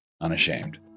unashamed